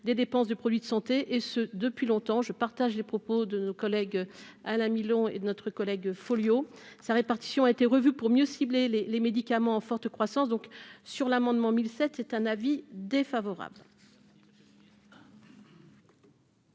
des dépenses de produits de santé, et ce depuis longtemps, je partage les propos de nos collègues à la mi-longs et de notre collègue Folio, sa répartition a été revu pour mieux cibler les les médicaments en forte croissance, donc sur l'amendement mille sept c'est un avis défavorable.